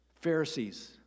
Pharisees